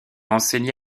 enseigné